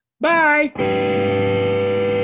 Bye